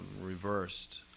reversed